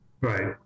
Right